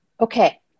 Okay